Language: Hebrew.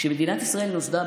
כשמדינת ישראל נוסדה,